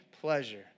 pleasure